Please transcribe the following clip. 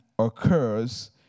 occurs